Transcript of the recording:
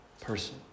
person